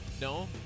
No